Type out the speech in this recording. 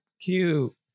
cute